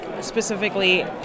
specifically